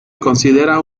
considera